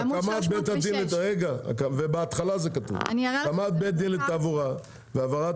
עמוד 306. מקריא: "הקמת בית דין לתעבורה והעברת